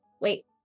wait